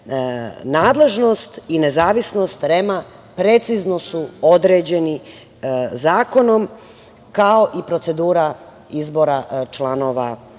zemljama. Nadležnost i nezavisnost REM-a precizno su određeni zakonom, kao i procedura izbora članova tog